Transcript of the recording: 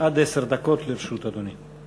עד עשר דקות לרשות אדוני.